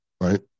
Right